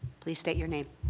please state your name.